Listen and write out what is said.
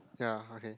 ya okay